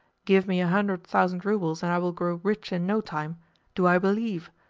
give me a hundred thousand roubles, and i will grow rich in no time do i believe,